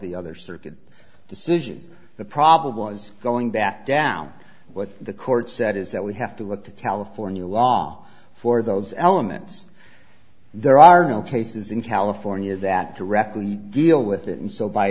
the other circuit decisions the problem was going back down what the court said is that we have to look to california law for those elements there are no cases in california that directly deal with that and so by